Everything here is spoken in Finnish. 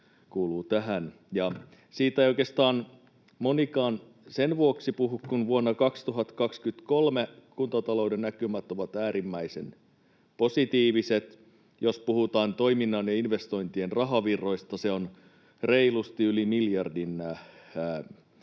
Siitä ei oikeastaan monikaan sen vuoksi puhu, kun vuonna 2023 kuntatalouden näkymät ovat äärimmäisen positiiviset. Jos puhutaan toiminnan ja investointien rahavirroista, se on reilusti yli miljardin